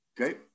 Okay